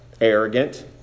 Arrogant